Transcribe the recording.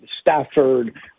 Stafford